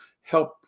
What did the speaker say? help